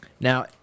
Now